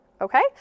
Okay